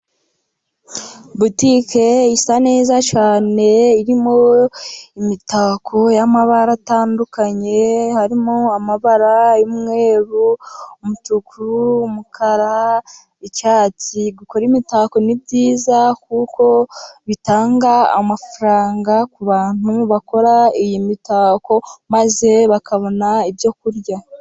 Butike isa neza cyane irimo imitako y'amabara atandukanye, harimo amabara y'umweru, umutuku, umukara, icyatsi. Gukora imitako ni byiza kuko bitanga amafaranga ku bantu bakora iyi mitako, maze bakabona ibyo kurya.